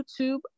YouTube